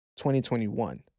2021